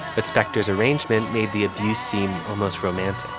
but spector's arrangement made the abuse seem almost romantic